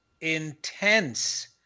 intense